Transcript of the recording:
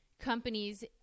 companies